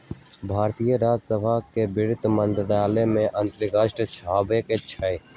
भारतीय राजस्व सेवा वित्त मंत्रालय के अंतर्गत आबइ छै